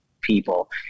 people